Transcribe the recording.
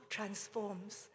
Transforms